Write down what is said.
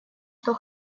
что